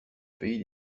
pays